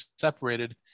separated